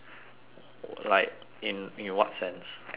like in in what sense explain